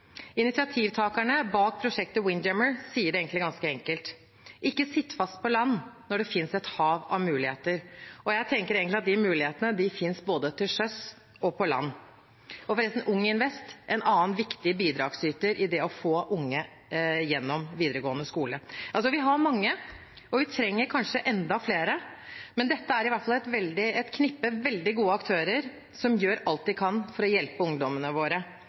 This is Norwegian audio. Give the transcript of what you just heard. Initiativtakerne bak prosjektet Windjammer sier det egentlig ganske enkelt: Ikke sitt fast på land når det finnes et hav av muligheter. – Jeg tenker egentlig at de mulighetene finnes både til sjøs og på land. UngInvest er en annen viktig bidragsyter til å få unge gjennom videregående skole. Vi har mange, og vi trenger kanskje enda flere, men dette er i hvert fall et knippe veldig gode aktører som gjør alt de kan for å hjelpe ungdommene våre.